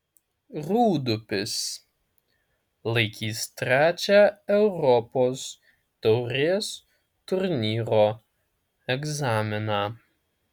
rūdupis laikys trečią europos taurės turnyro egzaminą